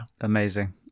Amazing